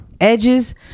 Edges